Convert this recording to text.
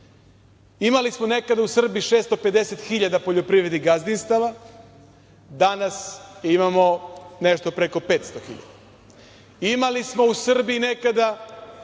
Imali smo nekada u Srbiji 650 hiljada poljoprivrednih gazdinstava, danas imamo nešto preko 500 hiljada. Imali smo u Srbiji nekada